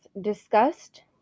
discussed